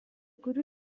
kurių